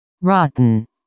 Rotten